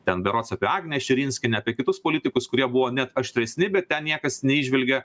ten berods apie agnę širinskienę apie kitus politikus kurie buvo net aštresni bet ten niekas neįžvelgė